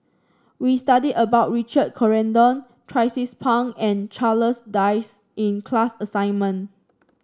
we studied about Richard Corridon Tracie's Pang and Charles Dyce in the class assignment